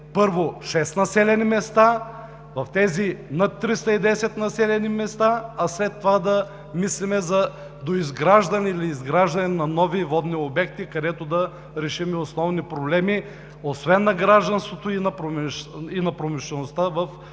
първо, шест населени места, в тези над 310 населени места, а след това да мислим за доизграждане или изграждане на нови водни обекти, където да решим основни проблеми на гражданството и на промишлеността в